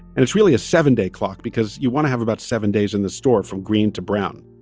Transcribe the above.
and it's really a seven-day clock because you want to have about seven days in the store from green to brown.